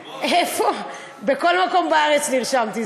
בכל מקום בארץ נרשמתי.